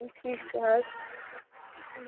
ٹھیٖک چھُ حظ